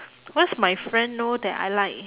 cause my friend know that I like